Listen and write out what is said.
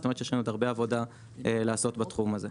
זאת אומרת שיש לנו עוד הרבה עבודה לעשות בתחום הזה.